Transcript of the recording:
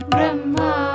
Brahma